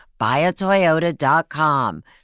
buyatoyota.com